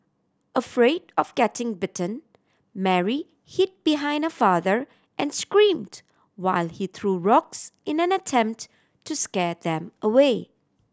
afraid of getting bitten Mary hid behind her father and screamed while he threw rocks in an attempt to scare them away